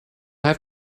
have